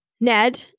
Ned